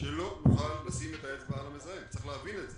שלא נוכל לשים את האצבע, וצריך להבין את זה.